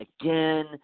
again